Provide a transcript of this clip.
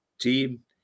team